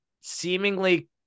seemingly –